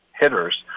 hitters